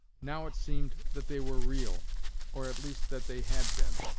now it seemed that they were real or at least that they had been.